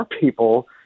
people